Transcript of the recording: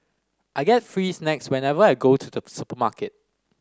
I get free snacks whenever I go to the supermarket